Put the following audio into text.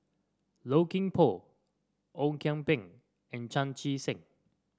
Low Kim Pong Ong Kian Peng and Chan Chee Seng